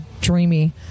dreamy